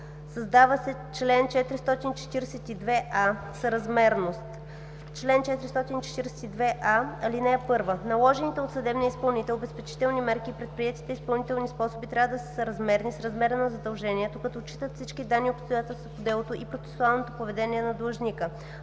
Създава се чл. 442а: „Съразмерност Чл. 442а. (1) Наложените от съдебния изпълнител обезпечителни мерки и предприетите изпълнителни способи трябва да са съразмерни с размера на задължението, като отчитат всички данни и обстоятелства по делото и процесуалното поведение на длъжника.